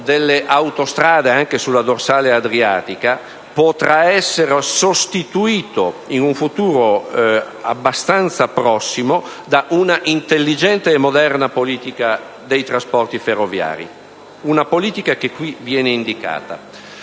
delle autostrade anche sulla dorsale adriatica potrà essere sostituito, in un futuro abbastanza prossimo, da un'intelligente e moderna politica dei trasporti ferroviari politica che viene indicata